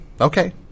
okay